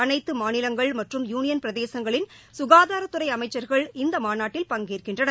அனைத்து மாநிலங்கள் மற்றும் யுனியள் பிரதேசங்களின் சுகாதாரத்துறை அமைச்சர்கள் இந்த மாநாட்டில் பங்கேற்கின்றனர்